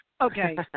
Okay